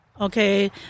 okay